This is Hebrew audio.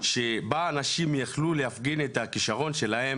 שבה אנשים יוכלו להפגין את הכישרון שלהם